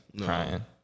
crying